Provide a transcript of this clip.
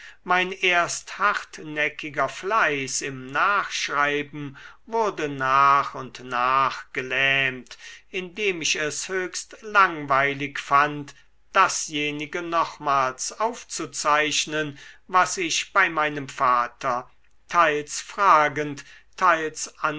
mein erst hartnäckiger fleiß im nachschreiben wurde nach und nach gelähmt indem ich es höchst langweilig fand dasjenige nochmals aufzuzeichnen was ich bei meinem vater teils fragend teils